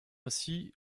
ainsi